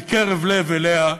מקרב לב אליה,